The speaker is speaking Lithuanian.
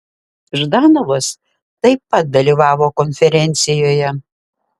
ždanovas taip pat dalyvavo konferencijoje